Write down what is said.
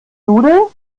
nudeln